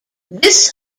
this